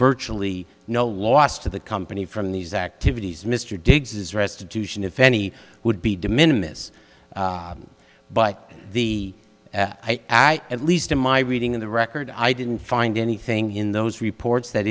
virtually no loss to the company from these activities mr diggs is restitution if any would be de minimus but the i'd least in my reading of the record i didn't find anything in those reports that